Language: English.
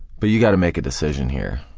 but you gotta make a decision here,